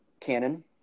canon